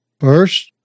First